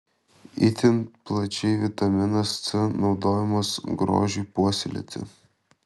itin plačiai vitaminas c naudojamas grožiui puoselėti